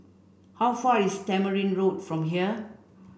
how far is Tamarind Road from here